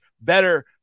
better